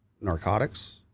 narcotics